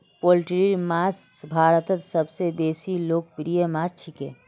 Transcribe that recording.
पोल्ट्रीर मांस भारतत सबस लोकप्रिय मांस छिके